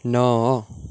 ନଅ